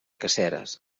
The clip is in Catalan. caseres